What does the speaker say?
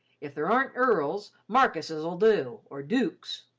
if there aren't earls, markises'll do, or dooks,